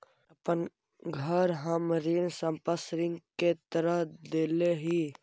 अपन घर हम ऋण संपार्श्विक के तरह देले ही